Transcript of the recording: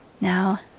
Now